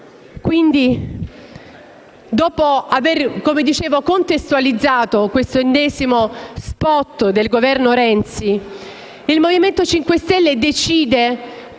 Quindi, dopo aver contestualizzato questo ennesimo *spot* del Governo Renzi, il Movimento 5 Stelle decide